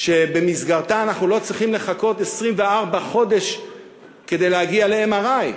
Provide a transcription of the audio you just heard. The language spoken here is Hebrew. שבמסגרתה אנחנו לא צריכים לחכות 24 חודשים כדי להגיע ל-MRI,